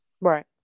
right